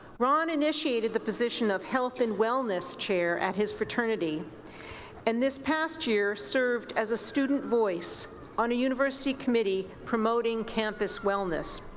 ron initiated the position of health and wellness chair at his fraternity and this past year served as a student voice on a university committee promoting campus wellness.